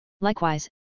Likewise